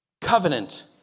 covenant